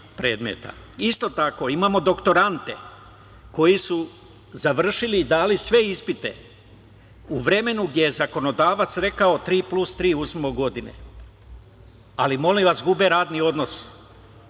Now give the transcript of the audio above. tako, imamo doktorante koji su završili i dali sve ispite u vremenu gde je zakonodavac rekao: „tri plus tri godine“, ali molim vas, gube radni odnos,